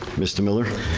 mr. miller,